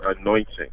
anointing